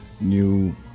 new